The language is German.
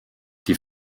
die